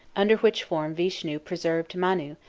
under which form vishnu preserved manu,